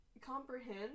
comprehend